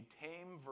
tame